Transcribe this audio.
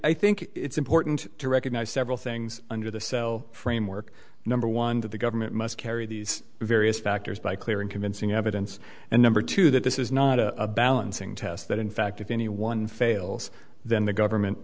i think it's important to recognize several things under the cell framework number one that the government must carry these various factors by clear and convincing evidence and number two that this is not a balancing test that in fact if anyone fails then the government